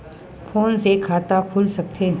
Phone से खाता खुल सकथे?